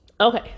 Okay